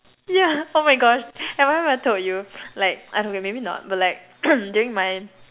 yeah oh my gosh have I ever told you like ah okay maybe not but like during my